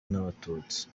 n’abatutsi